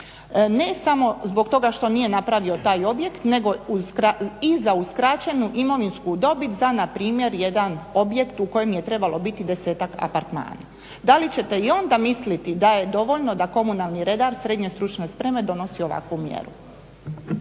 ne samo zbog toga što nije napravio taj objekt nego i za uskraćenu imovinsku dobit za npr. jedan objekt u kojem je trebalo biti desetak apartmana. Da li ćete i onda misliti da je dovoljno da komunalni redar srednje stručne spreme donosi ovakvu mjeru.